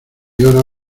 horas